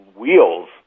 wheels